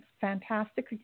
fantastic